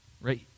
right